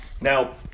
Now